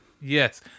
yes